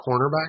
cornerback